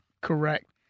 correct